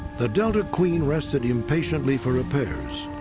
the delta queen rested impatiently for repairs.